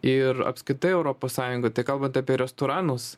ir apskritai europos sąjungą tai kalbant apie restoranus